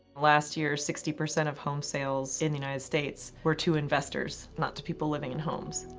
last year, sixty percent of home sales in the united states were to investors, not to people living in homes.